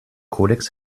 kodex